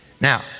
Now